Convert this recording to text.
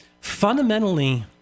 fundamentally